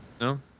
No